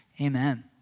amen